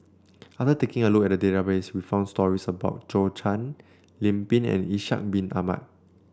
another taking a look at database we found stories about Zhou Can Lim Pin and Ishak Bin Ahmad